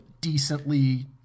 decently